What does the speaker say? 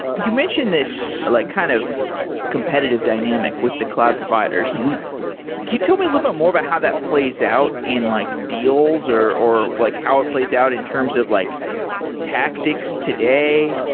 you mention this like kind of competitive dynamic with the cloud providers. could you tell me a little more about how that plays out in like deals or or like how it plays out in terms of like tactics today.